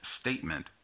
statement